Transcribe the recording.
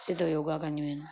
सिधो योगा कंदियूं आहिनि